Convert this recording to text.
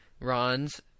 Ron's